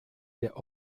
der